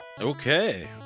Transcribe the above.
Okay